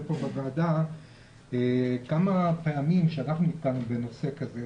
מתחבר לדברים אחרי כמה פעמים שנתקלנו בנושא כזה,